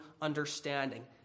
understanding